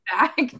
back